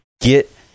Get